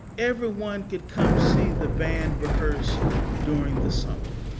everyone could come see the band rehearse during the summer.